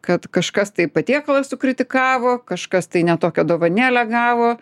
kad kažkas tai patiekalą sukritikavo kažkas tai ne tokią dovanėlę gavo